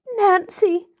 Nancy